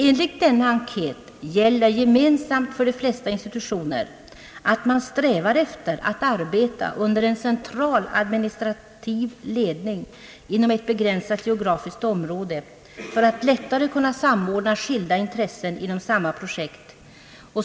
Enligt denna enkät gäller gemensamt för de flesta institutioner att man strävar efter att arbeta under en central administrativ ledning inom ett begränsat geografiskt område för att lättare kunna samordna skilda intressen inom samma projekt.